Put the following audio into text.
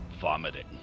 vomiting